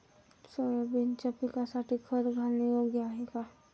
सोयाबीनच्या पिकासाठी खत घालणे योग्य आहे का?